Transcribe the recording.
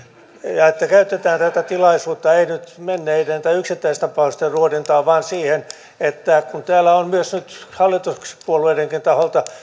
ja käytetään tätä tilaisuutta ei nyt menneiden tai yksittäistapausten ruodintaan vaan siihen kun täällä on myös nyt hallituspuolueidenkin taholta